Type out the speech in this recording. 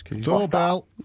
Doorbell